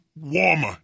warmer